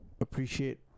appreciate